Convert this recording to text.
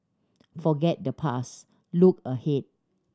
forget the past look ahead